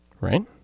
Right